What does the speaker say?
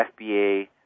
FBA